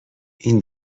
این